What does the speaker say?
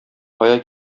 кая